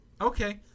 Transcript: Okay